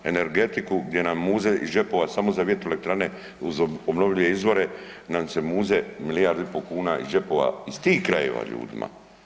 Energetiku gdje nam muze iz džepova samo za vjetroelektrane uz obnovljive izvore, nam se muze milijardu i pol kuna iz džepova iz tih krajeva ljudima.